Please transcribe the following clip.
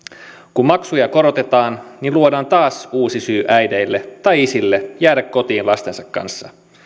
kun maksuja korotetaan niin luodaan taas uusi syy äideille tai isille jäädä kotiin lastensa kanssa